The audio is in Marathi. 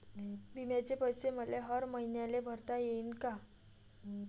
बिम्याचे पैसे मले हर मईन्याले भरता येईन का?